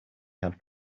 had